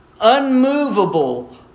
unmovable